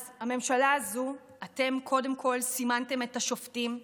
אז הממשלה הזו, אתם, קודם כול סימנתם את השופטים,